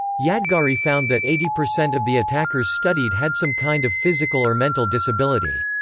yadgari found that eighty percent of the attackers studied had some kind of physical or mental disability.